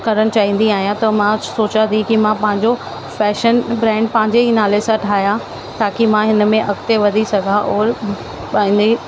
करणु चाहींदी आहियां त मां सोचां थी की मां पंहिंजो फैशन ब्रैंड पंहिंजे ई नाले ठाहियां ताकी मां हिन में अॻिते वधी सघां और ॿाहिले